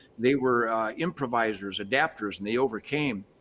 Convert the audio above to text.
they were improvisers, adapters, and they overcame.